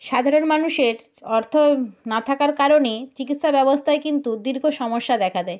সাধারণ মানুষের অর্থ না থাকার কারণে চিকিৎসা ব্যবস্থায় কিন্তু দীর্ঘ সমস্যা দেখা দেয়